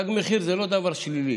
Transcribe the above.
תג מחיר זה לא דבר שלילי.